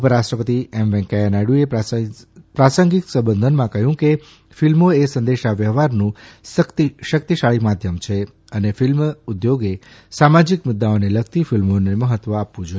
ઉપરાષ્ટ્રપતિ વેંકૈયા નાયડુએ પ્રાસંગિક સંબોધનમાં કહ્યું કે ફિલ્મો એ સંદેશા વ્યવહારનું શક્તિશાળી માધ્યમ છે અને ફિલ્મ ઉદ્યોગે સામાજિક મુદ્દાઓને લગતી ફિલ્મોને મહત્વ આપવું જોઇએ